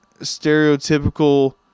stereotypical